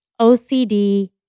OCD